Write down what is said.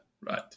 right